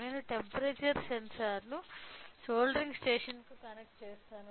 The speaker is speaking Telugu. నేను టెంపరేచర్ సెన్సార్ను సోల్డరింగ్ స్టేషన్కు కనెక్ట్ చేస్తాను